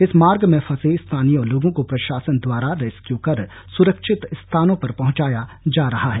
इस मार्ग पर फंसे स्थानीय लोगों को प्रशासन द्वारा रेसक्यू कर सुरक्षित स्थानों पर पहुंचाया जा रहा है